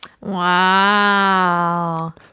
Wow